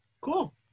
Cool